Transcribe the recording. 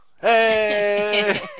Hey